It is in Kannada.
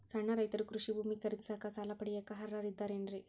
ಸಣ್ಣ ರೈತರು ಕೃಷಿ ಭೂಮಿ ಖರೇದಿಸಾಕ, ಸಾಲ ಪಡಿಯಾಕ ಅರ್ಹರಿದ್ದಾರೇನ್ರಿ?